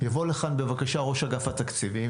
יבוא לאן בבקשה ראש אגף התקציבים,